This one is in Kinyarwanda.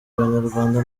abanyarwanda